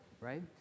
right